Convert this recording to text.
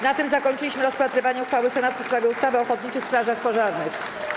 Na tym zakończyliśmy rozpatrywanie uchwały Senatu w sprawie ustawy o ochotniczych strażach pożarnych.